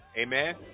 Amen